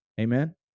Amen